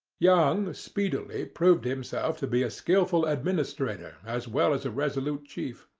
young speedily proved himself to be a skilful administrator as well as a resolute chief.